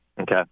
Okay